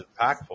impactful